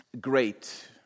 great